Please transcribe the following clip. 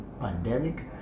pandemic